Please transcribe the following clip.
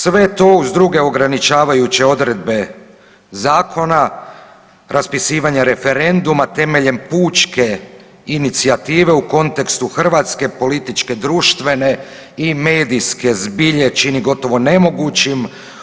Sve to uz druge ograničavajuće odredbe zakona, raspisivanje referenduma temeljem pučke inicijative u kontekstu hrvatske političke, društvene i medijske zbilje čini gotovo nemogućim.